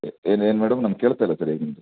ಏ ಏನು ಏನು ಮೇಡಮ್ ನನಗೆ ಕೇಳಿಸ್ತಾ ಇಲ್ಲ ಸರಿಯಾಗಿ ನಿಮ್ಮದು